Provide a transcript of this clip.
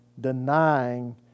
denying